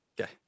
Okay